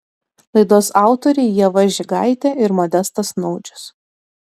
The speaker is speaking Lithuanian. laidos autoriai ieva žigaitė ir modestas naudžius